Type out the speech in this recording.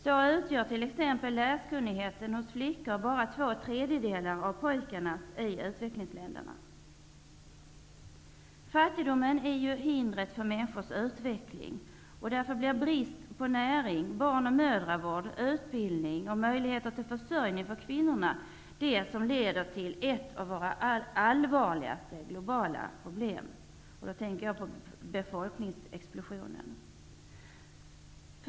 Så utgör t.ex. läskunnigheten hos flickor i utvecklingsländerna bara två tredjedelar av pojkarnas. Fattigdomen är ju hindret för människors utveckling. Därför blir brist på näring, barn och mödravård, utbildning och möjligheter till försörjning för kvinnorna det som leder till ett av våra allvarligaste globala problem. Då tänker jag på befolkningsexplosionen.